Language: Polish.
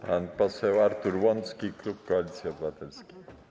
Pan poseł Artur Łącki, klub Koalicji Obywatelskiej.